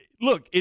Look